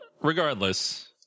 regardless